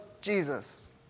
Jesus